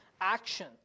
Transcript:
action